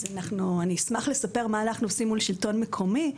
אני אשמח לספר מה אנחנו עושים מול שלטון מקומי,